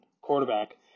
quarterback